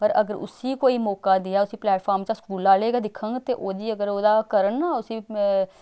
पर अगर उसी कोई मौका देआ उसी प्लैटफार्म च स्कूल आह्ले गै दिक्खङ ते ओह्दी अगर ओह्दा करन ना उसी